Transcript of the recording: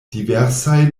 diversaj